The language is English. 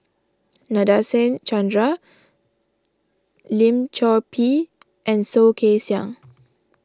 Nadasen Chandra Lim Chor Pee and Soh Kay Siang